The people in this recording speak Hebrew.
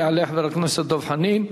יעלה חבר הכנסת דב חנין,